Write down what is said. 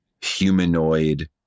humanoid